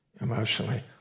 Emotionally